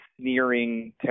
sneering